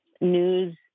news